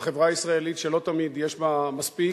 בחברה הישראלית, שלא תמיד יש בה מספיק.